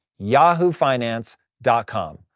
yahoofinance.com